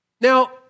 Now